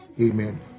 Amen